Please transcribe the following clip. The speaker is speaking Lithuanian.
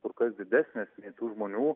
kur kas didesnės nei tų žmonių